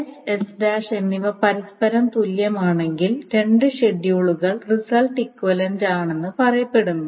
S S' എന്നിവ പരസ്പരം തുല്യമാണെങ്കിൽ രണ്ട് ഷെഡ്യൂളുകൾ റിസൾട്ട് ഇക്വിവലൻറ്റ് ആണെന്ന് പറയപ്പെടുന്നു